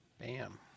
Bam